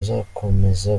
uzakomeza